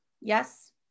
Yes